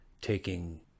taking